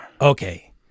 Okay